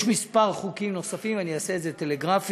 יש כמה חוקים נוספים, אני אעשה את זה טלגרפית,